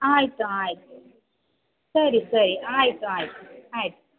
ಆಯಿತು ಆಯಿತು ಸರಿ ಸರಿ ಆಯಿತು ಆಯಿತು ಆಯಿತು